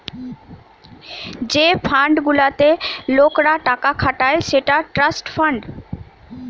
যে ফান্ড গুলাতে লোকরা টাকা খাটায় সেটা ট্রাস্ট ফান্ড